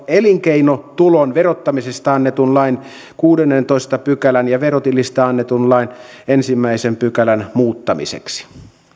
elinkeinotulon verottamisesta annetun lain kuudennentoista pykälän ja verotilistä annetun lain ensimmäisen pykälän muuttamiseksi